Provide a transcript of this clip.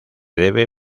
debe